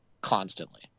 constantly